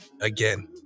Again